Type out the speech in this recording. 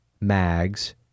Mags